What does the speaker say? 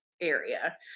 area